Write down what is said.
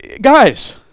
guys